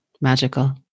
Magical